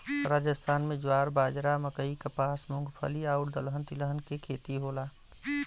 राजस्थान में ज्वार, बाजरा, मकई, कपास, मूंगफली आउर दलहन तिलहन के खेती होला